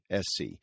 SC